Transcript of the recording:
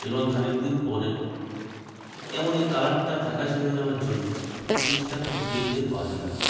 এবং খানিক দিন পরে কেমনি কালারটা ফ্যাকাশে হয়ে যাওয়ার জন্য জিনিসটা খুব দেখতে বাজে লাগত